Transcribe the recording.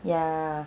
ya